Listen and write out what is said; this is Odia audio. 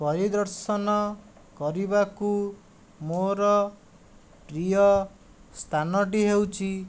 ପରିଦର୍ଶନ କରିବାକୁ ମୋର ପ୍ରିୟ ସ୍ଥାନଟି ହେଉଛି